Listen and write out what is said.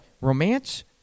romance